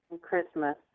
Christmas